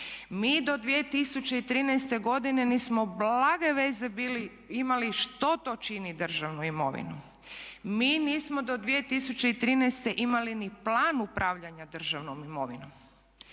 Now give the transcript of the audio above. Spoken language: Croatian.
Mi do 2013. godine nismo blage veze bili imali što to čini državnu imovinu. Mi nismo do 2013. imali ni plan upravljanja državnom imovinom.